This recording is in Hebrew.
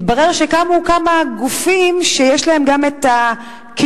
מתברר שקמו כמה גופים שיש להם גם הכשרון